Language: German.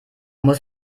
muss